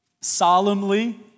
solemnly